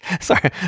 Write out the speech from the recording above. Sorry